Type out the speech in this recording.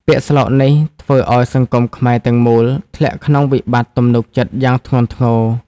ពាក្យស្លោកនេះធ្វើឱ្យសង្គមខ្មែរទាំងមូលធ្លាក់ក្នុងវិបត្តិទំនុកចិត្តយ៉ាងធ្ងន់ធ្ងរ។